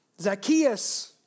Zacchaeus